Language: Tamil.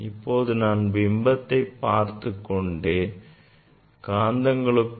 இப்போது நான் பிம்பத்தை பார்த்துக்கொண்டே காந்தங்களுக்கும்